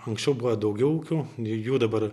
anksčiau buvo daugiau ūkių j jų dabar